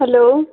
hello